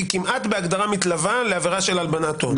היא כמעט בהגדרה מתלווה להגדרת הלבנת הון,